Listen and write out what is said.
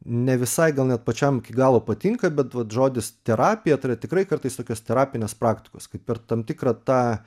ne visai gal net pačiam iki galo patinka bet vat žodis terapija tai yra tikrai kartais tokios terapinės praktikos kaip per tam tikrą tą